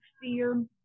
fear